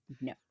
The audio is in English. no